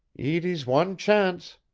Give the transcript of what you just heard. eet is wan chance.